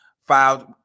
filed